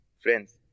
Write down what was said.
Friends